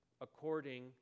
according